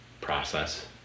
process